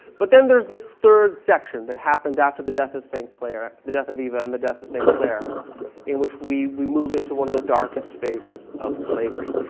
but then there's this third section that happens after the death of saint claire, the death of eva and the death of saint claire in which we, we move into one of the darkest phases of slavery.